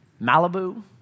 Malibu